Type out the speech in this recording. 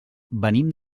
venim